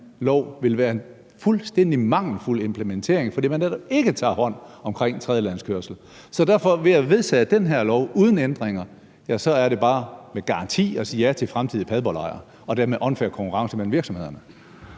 vil være en fuldstændig mangelfuld implementering, fordi man netop ikke tager hånd om tredjelandskørsel. Så ved at vedtage det her lovforslag uden ændringer, så er det bare med garanti at sige ja til fremtidige Padborglejre og dermed unfair konkurrence mellem virksomhederne.